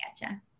gotcha